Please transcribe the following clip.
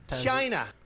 China